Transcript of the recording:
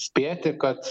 spėti kad